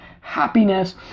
happiness